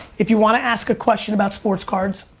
if you wanna ask a question about sports cards,